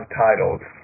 titles